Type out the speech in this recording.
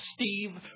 Steve